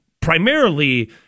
primarily